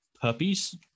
puppies